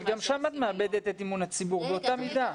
אבל גם שם את מאבדת את אמון הציבור באותה מידה.